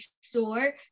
store